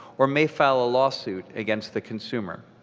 or may file a lawsuit against the consumer.